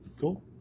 Cool